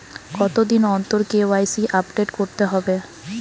কতদিন অন্তর KYC update করতে হবে?